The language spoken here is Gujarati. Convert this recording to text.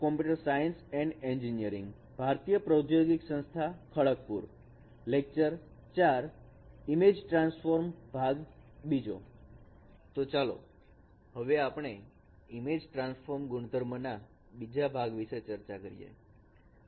તો ચાલો હવે આપણે ઈમેજ ટ્રાન્સફોર્મ ગુણધર્મના બીજા ભાગ વિશે ચર્ચા કરીએ